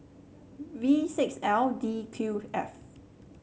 V six L D Q F